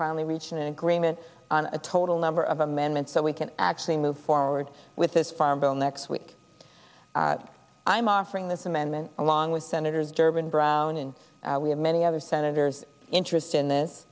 finally reached an agreement on the total number of amendments that we can actually move forward with this farm bill next week i'm offering this amendment along with senators durbin brown and we have many other senators interest in this